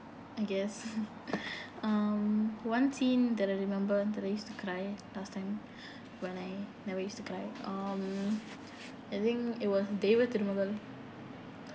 I guess um one scene that I remember that I used to cry last time when I never used to cry um I think it was deiva thirumagal